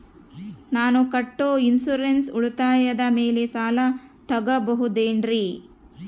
ನಾನು ಕಟ್ಟೊ ಇನ್ಸೂರೆನ್ಸ್ ಉಳಿತಾಯದ ಮೇಲೆ ಸಾಲ ತಗೋಬಹುದೇನ್ರಿ?